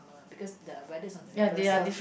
because the weathers on the reverse so